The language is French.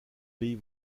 pays